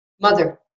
mother